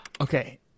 Okay